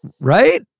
Right